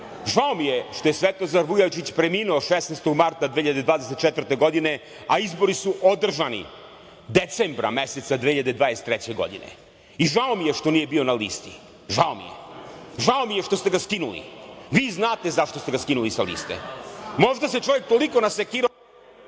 mi je što je Svetozar Vujačić preminuo 16. marta 2024. godine, a izbori su održani decembra meseca 2023. godine. I, žao mi je što nije bio na listi, žao mi je. Žao mi je što ste ga skinuli. Vi znate zašto ste ga skinuli sa liste, možda se čovek toliko nasekirao.